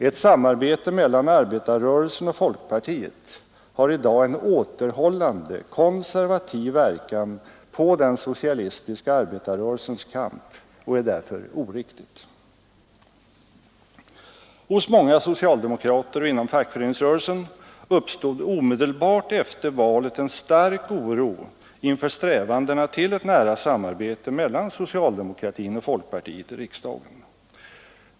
Ett samarbete mellan arbetarrörelsen och folkpartiet har i dag en återhållande, konservativ verkan på den socialistiska arbetarrörelsens kamp och är därför oriktigt. Hos många socialdemokrater och inom fackföreningsrörelsen uppstod omedelbart efter valet en stark oro inför strävandena till ett nära samarbete mellan socialdemokratin och folkpartiet i riksdagen.